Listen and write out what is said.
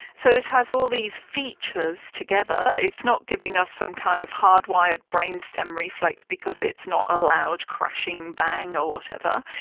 so it has all these features together. it's not giving us some kind of hardwired brainstem reflex because it's not a a loud, crashing bang or whatever,